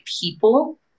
people